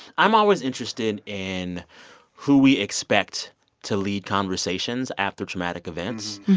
i'm always interested in who we expect to lead conversations after traumatic events.